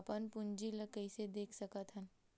अपन पूंजी ला कइसे देख सकत हन?